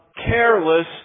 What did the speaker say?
careless